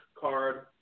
card